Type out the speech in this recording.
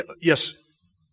yes